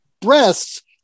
breasts